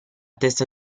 testa